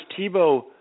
Tebow